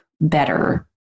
better